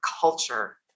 culture